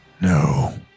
No